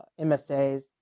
MSAs